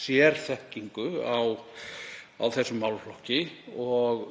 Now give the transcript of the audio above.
sérþekkingu á þessum málaflokki og